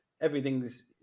everything's